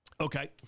Okay